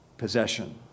possession